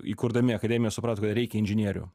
įkurdami akademiją suprato kad reikia inžinierių